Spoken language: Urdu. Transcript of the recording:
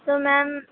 تو میم